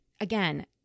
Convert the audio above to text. again